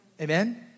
Amen